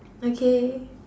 okay